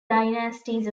dynasties